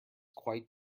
quite